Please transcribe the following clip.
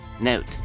Note